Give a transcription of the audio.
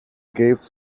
gave